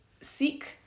seek